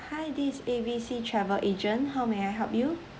hi this A B C travel agent how may I help you